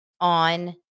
on